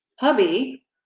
hubby